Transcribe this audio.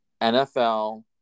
NFL